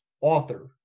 author